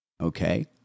Okay